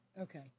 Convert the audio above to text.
Okay